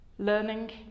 learning